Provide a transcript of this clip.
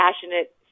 passionate